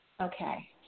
Okay